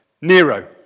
Nero